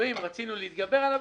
הנישואין ורצינו להתגבר עליו.